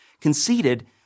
conceded